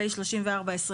פ/34/24.